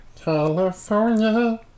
california